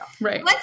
Right